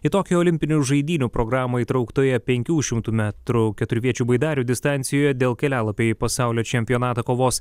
į tokijo olimpinių žaidynių programą įtrauktoje penkių šimtų metrų keturviečių baidarių distancijoje dėl kelialapio į pasaulio čempionatą kovos